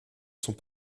sont